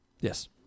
yes